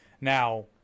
Now